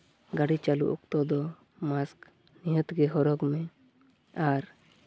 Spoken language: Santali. ᱜᱟᱹᱰᱤ ᱪᱟᱹᱞᱩ ᱚᱠᱛᱚ ᱫᱚ ᱢᱟᱥᱠ ᱱᱤᱦᱟᱹᱛ ᱜᱮ ᱦᱚᱨᱚᱜᱽ ᱢᱮ ᱟᱨ